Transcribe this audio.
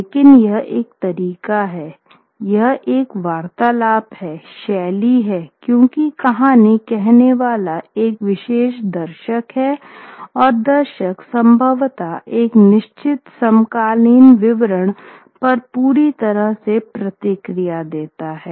लेकिन यह एक तरीका है यह एक वार्तालाप है शैली है क्योंकि कहानी कहने वाले एक विशेष दर्शक है और दर्शक संभवत एक निश्चित समकालीन विवरण पर पूरी तरह से प्रतिक्रिया देते हैं